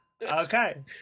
Okay